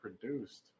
produced